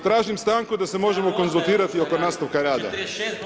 Tražim stanku da se možemo konzultirati oko nastavka rada.